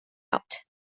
out